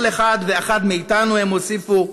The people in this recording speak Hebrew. כל אחד ואחת מאתנו, הם הוסיפו,